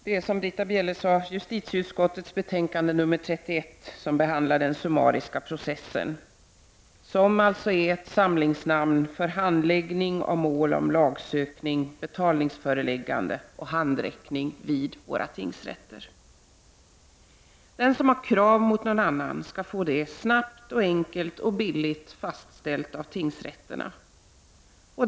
Herr talman! Justitieutskottets betänkande nr 31 behandlar den summariska processen. Den summariska processen är ett samlingsnamn för handläggning av mål om lagsökning, betalningsföreläggande och handräckning vid tingsrätterna. Den som har krav mot någon annan skall kunna få detta snabbt och enkelt och billigt fastställt av tingsrätterna.